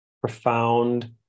profound